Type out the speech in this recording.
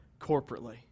corporately